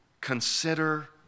consider